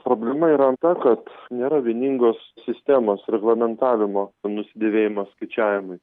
problema yra ta kad nėra vieningos sistemos reglamentavimo nusidėvėjimo skaičiavimai